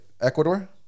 Ecuador